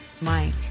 Mike